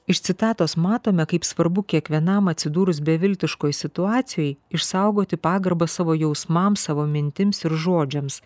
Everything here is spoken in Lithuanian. iš citatos matome kaip svarbu kiekvienam atsidūrus beviltiškoj situacijoj išsaugoti pagarbą savo jausmams savo mintims ir žodžiams